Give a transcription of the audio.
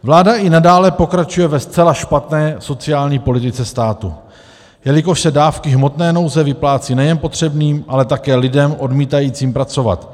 Vláda i nadále pokračuje ve zcela špatné sociální politice státu, jelikož se dávky hmotné nouze vyplácí nejen potřebným, ale také lidem odmítajícím pracovat.